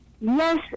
yes